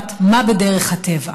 קובעת מה בדרך הטבע?